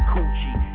Coochie